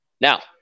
Now